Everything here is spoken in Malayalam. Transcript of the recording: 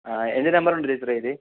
എൻ്റെ നമ്പർ ഉണ്ടോ ടീച്ചറെ കയ്യിൽ